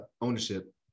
ownership